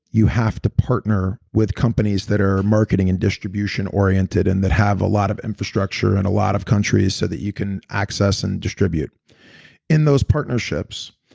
you have to partner with companies that are marketing and distribution oriented and that have a lot of infrastructure and a lot of countries so that you can access and distribute in those partnerships.